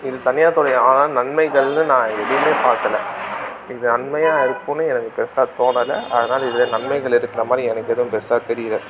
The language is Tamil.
இது தனியார்துறை ஆனான் நன்மைகள்னு நான் எதுவுமே பார்க்கல இது நன்மையாக இருக்குதுன்னு எனக்கு பெருசாக தோணலை அதனால் இதில் நன்மைகள் இருக்குறமாதிரி எனக்கு எதுவும் பெருசாக தெரியலை